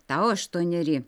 tau aštuoneri